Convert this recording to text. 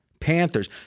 Panthers